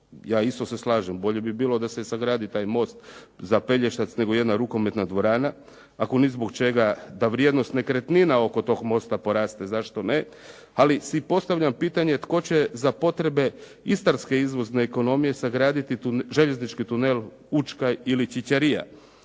ja isto se slažem bolje bi bilo da se sagradi taj most za Pelješac nego jedna rukometna dvorana ako ni zbog čega da vrijednost nekretnina oko tog mosta poraste, zašto ne. Ali si postavljam pitanje tko će za potrebe istarske izvozne ekonomije sagraditi željeznički tunel Učka ili Ćićarija